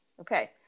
Okay